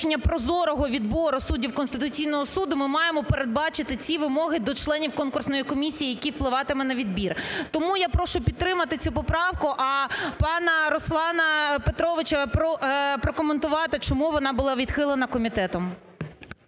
прошу підтримати цю поправку, а пана Руслана Петровича прокоментувати, чому вона була відхилена комітетом.